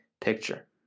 picture